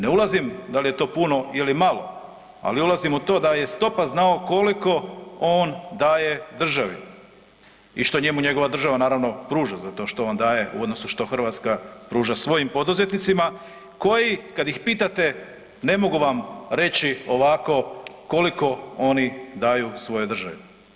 Ne ulazim da li je to puno ili malo, ali ulazim u to da je iz topa znao koliko on daje državi i što njemu njegova država, naravno, pruža za to što on daje u odnosu što Hrvatska pruža svojim poduzetnicima, koji, kad ih pitate, ne mogu vam reći ovako koliko oni daju svojoj državi.